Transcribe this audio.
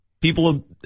people